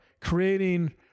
creating